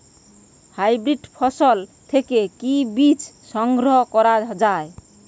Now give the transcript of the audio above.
Hybrid ফসল থেকে কি বীজ সংগ্রহ করা য়ায়?